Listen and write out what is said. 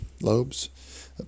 lobes